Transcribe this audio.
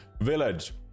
village